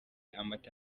amata